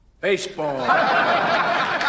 Baseball